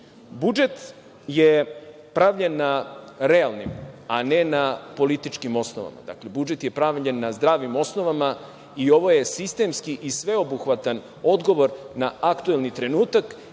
je pravljen na realnim, a ne na političkim osnovama. Dakle, budžet je pravljen na zdravim osnovama i ovo je sistemski i sveobuhvatan odgovor na aktuelni trenutak